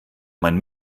mein